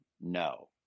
No